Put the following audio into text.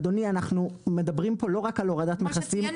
אדוני אנחנו מדברים פה לא רק על הורדת מכסים,